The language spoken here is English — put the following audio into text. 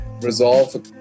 resolve